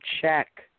check